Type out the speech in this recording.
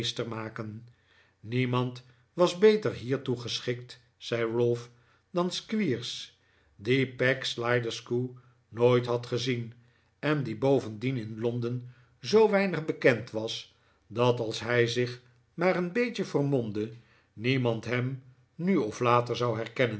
meester maken niemand was beter hiertoe geschikt zei ralph dan squeers dien peg sliderskew nooit had gezien en die bovendien in londen zoo weinig bekend was dat als hij zich maar een beetje vermomde niemand hem nu of later zou herkennen